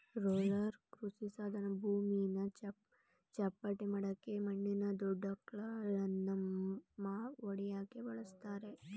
roller ಕೃಷಿಸಾಧನ ಭೂಮಿನ ಚಪ್ಪಟೆಮಾಡಕೆ ಮಣ್ಣಿನ ದೊಡ್ಡಕ್ಲಂಪ್ಗಳನ್ನ ಒಡ್ಯಕೆ ಬಳುಸ್ತರೆ